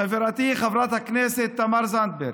חברתי חברת הכנסת תמר זנדברג,